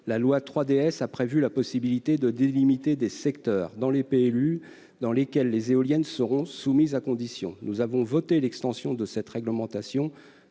la loi 3DS permet de délimiter certains secteurs au sein des PLU dans lesquels les éoliennes seront soumises à condition. Nous avons voté l'extension de cette réglementation